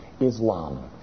Islam